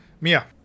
Mia